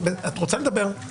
קארין, את רוצה לדבר?